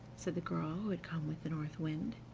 said the girl who had come with the north wind.